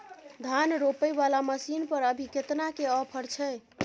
धान रोपय वाला मसीन पर अभी केतना के ऑफर छै?